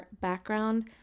background